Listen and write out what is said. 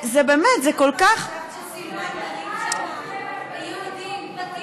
בתים של יהודים.